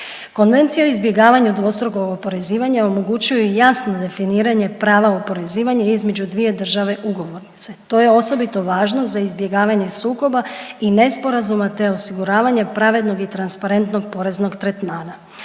Konvencija o izbjegavanju dvostrukog oporezivanja omogućuje jasno definiranje prava oporezivanja između dvije države ugovornice, to je osobito važno za izbjegavanje sukoba i nesporazuma te osiguravanje pravednog i transparentnog poreznog tretmana.